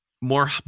more